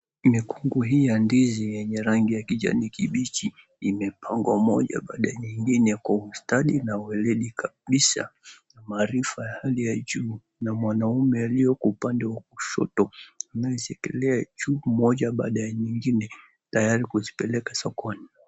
Mikungu hii ya ndizi yenye 𝑟𝑎𝑛𝑔𝑖 𝑦𝑎 kijani kibichi imepangwa moja baada ya nyengine kwa ustadi na uweledi kabisa na maarifa ya hali ya juu na mwanaume aliyeko upande wa kushoto anayeshikilia juu moja baada ya nyengine tayari kuzipeleka sokoni.